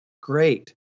Great